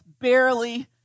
barely